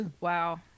Wow